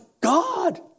God